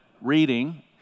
reading